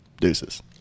Deuces